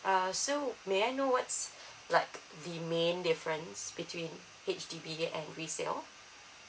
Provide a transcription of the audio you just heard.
uh so may I know what's like the main different between H_D_B and resale